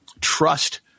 trust